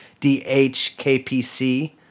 DHKPC